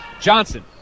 Johnson